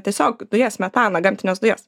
tiesiog dujas metaną gamtines dujas